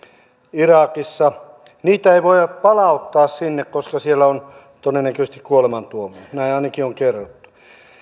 irakissa ei voida palauttaa sinne koska siellä on todennäköisesti kuolemantuomio näin ainakin on kerrottu